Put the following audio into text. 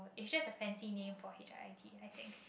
it just a fancy name for H_I_P I think